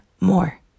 more